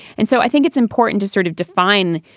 and so i think it's important to sort of define.